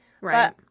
Right